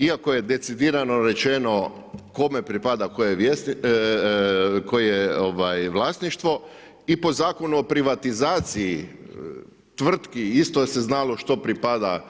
Iako je decidirano rečeno kome pripada koje vlasništvo i po Zakonu o privatizaciji tvrtki isto se znalo što pripada